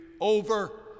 over